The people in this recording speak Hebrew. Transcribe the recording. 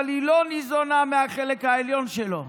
אבל היא לא ניזונה מהחלק העליון שלו,